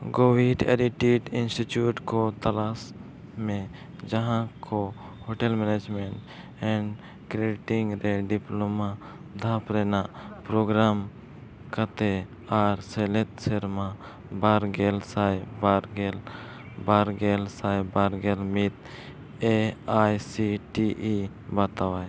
ᱜᱳᱵᱷᱤᱰ ᱮᱨᱮᱴᱤᱴ ᱤᱱᱥᱴᱤᱴᱤᱭᱩᱴᱥ ᱠᱚ ᱛᱚᱞᱟᱥ ᱡᱟᱦᱟᱸ ᱠᱚ ᱦᱳᱴᱮᱞ ᱢᱮᱱᱮᱡᱽᱢᱮᱱᱴ ᱮᱱᱰ ᱠᱮᱨᱴᱤᱝ ᱨᱮ ᱰᱤᱯᱞᱚᱢᱟ ᱫᱷᱟᱢ ᱨᱮᱱᱟᱜ ᱯᱨᱳᱜᱨᱟᱢ ᱠᱟᱛᱮᱫ ᱟᱨ ᱥᱮᱞᱮᱫ ᱥᱮᱨᱢᱟ ᱵᱟᱨ ᱜᱮ ᱥᱟᱭ ᱵᱟᱨ ᱜᱮᱞ ᱵᱟᱨ ᱜᱮᱞ ᱥᱟᱭ ᱵᱟᱨ ᱜᱮᱞ ᱢᱤᱫ A I C T E ᱵᱟᱛᱟᱣᱟᱭ